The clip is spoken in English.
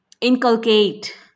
inculcate